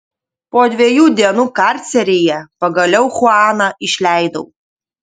po dviejų dienų karceryje pagaliau chuaną išleidau